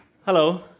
Hello